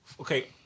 okay